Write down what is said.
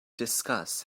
discuss